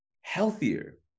healthier